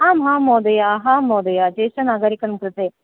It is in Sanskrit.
आं आं महोदय आं महोदय ज्येष्ठनागरिकां कृते